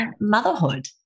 motherhood